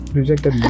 rejected